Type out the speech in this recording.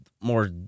more